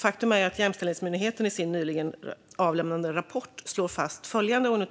Faktum är att Jämställdhetsmyndigheten i sin nyligen avlämnade rapport slår fast följande: